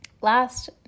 Last